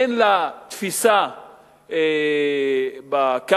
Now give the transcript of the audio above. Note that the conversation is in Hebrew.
אין לה תפיסה בקרקע,